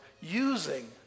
using